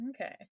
Okay